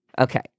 okay